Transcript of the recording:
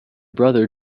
brother